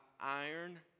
iron